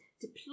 Deploy